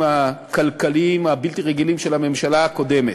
הכלכליים הבלתי-רגילים של הממשלה הקודמת.